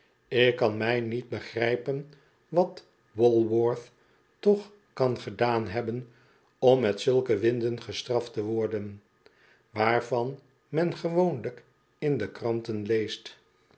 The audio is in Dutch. ik kan mij niet begrijpen wat walworth toch kan gedaan hebben om met zulke winden gestraft te worden waarvan men gewoonlijk in de kranten leest